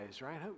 right